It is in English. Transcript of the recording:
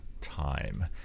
time